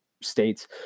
states